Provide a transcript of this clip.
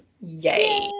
Yay